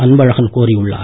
அன்பழகன் கோரி உள்ளார்